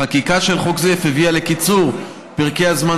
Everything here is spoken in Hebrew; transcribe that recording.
החקיקה של חוק זה אף הביאה לקיצור פרקי הזמן